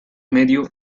medio